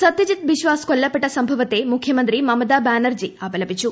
സത്യജിത് ബിസ്വാസ് കൊല്ലപ്പെട്ട സംഭവത്തെ മുഖ്യമന്ത്രി മമത ബാനർജി അപലപിച്ചു